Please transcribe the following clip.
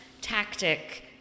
tactic